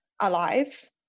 alive